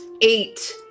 Eight